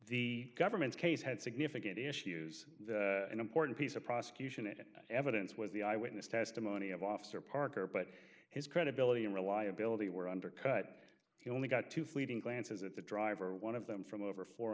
the government's case had significant issues an important piece of prosecution it evidence was the eyewitness testimony of officer parker but his credibility and reliability were undercut he only got two fleeting glances at the driver one of them from over four